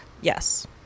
Yes